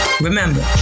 Remember